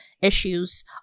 issues